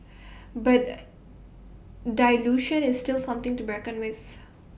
but dilution is still something to be reckoned with